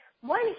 one